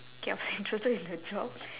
K I was interested in the job